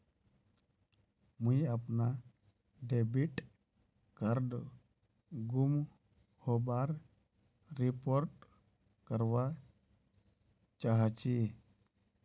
मुई अपना debit card गूम होबार रिपोर्ट करवा चहची